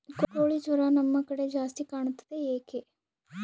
ಕೋಳಿ ಜ್ವರ ನಮ್ಮ ಕಡೆ ಜಾಸ್ತಿ ಕಾಣುತ್ತದೆ ಏಕೆ?